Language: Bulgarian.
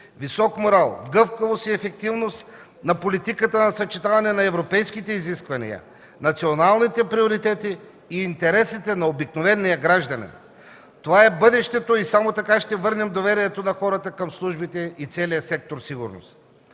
висок морал, гъвкавост и ефективност на политиката на съчетаване на европейските изисквания, националните приоритети и интересите на обикновения гражданин. Това е бъдещето и само така ще върнем доверието на хората към службите и целия сектор „Сигурност”.